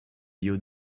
you